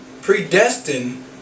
predestined